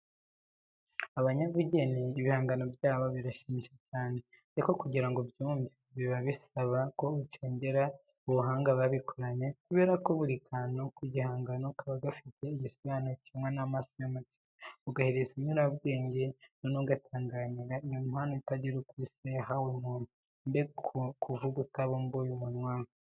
Abanyabugeni ibihangano byabo birashimisha cyane. Ariko kugira ngo ubyumve, biba bisaba ko ucengera ubuhanga babikoranye kubera ko buri kantu ku gihangano kaba gafite igisobanuro kibonwa n'amaso y'umutima, agahereza inyurabwenge, noneho ugatangarira iyo mpano itagira uko isa yahawe muntu. Mbega kuvuga utabumbuye umunwa!